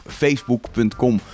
facebook.com